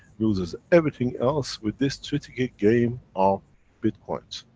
loses everything else with this strategic game of bitcoins.